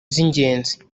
z’ingenzi